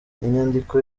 inyandiko